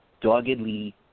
doggedly